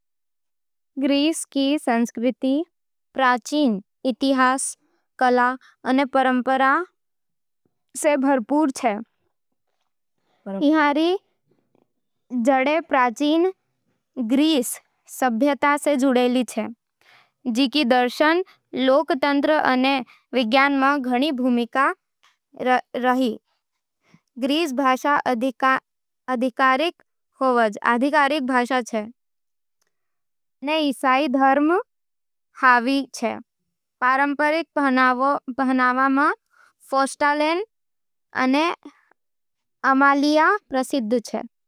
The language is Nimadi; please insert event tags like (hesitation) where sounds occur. ग्रीस रो संस्कृति प्राचीन इतिहास, कला अने परंपरावां सै भरपूर छे। इहाँ री जड़ें प्राचीन ग्रीक सभ्यता सै जुड़ेली छे जिकी दर्शन, लोकतंत्र अने विज्ञान में घणी भूमिका रही। ग्रीक भाषा आधिकारिक होवे, (hesitation) अने ईसाई धर्म पूर्वी ऑर्थोडॉक्स हावी होवे। पारंपरिक पहनावा में फौस्टानेला अने अमालिया प्रसिद्ध छे।